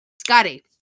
Scotty